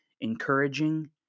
encouraging